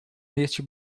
neste